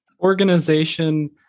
organization